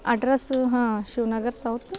address ಹಾಂ Shiv Nagar south